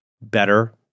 better